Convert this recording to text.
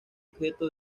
objeto